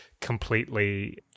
completely